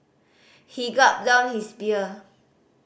he gulped down his beer